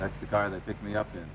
that's the guy that took me up and